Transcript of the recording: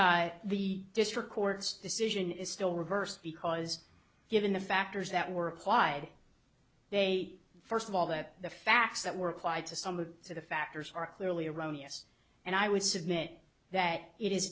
position the district court's decision is still reversed because given the factors that were applied they first of all that the facts that were applied to some of the factors are clearly erroneous and i would submit that it is